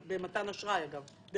במתן אשראי אגב,